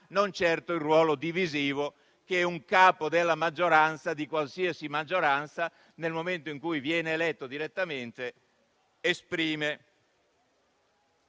non certo il ruolo divisivo che esprime un capo della maggioranza, di qualsiasi maggioranza, nel momento in cui viene eletto direttamente.